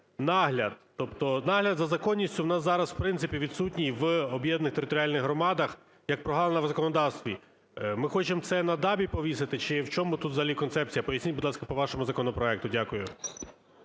нагляд за законністю у нас зараз, в принципі, відсутній в об'єднаних територіальних громадах як прогалина в законодавстві. Ми хочемо це на ДАБІ повісити чи в чому тут взагалі концепція? Поясніть, будь ласка, по вашому законопроекту. Дякую.